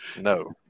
No